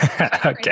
Okay